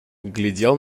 глядел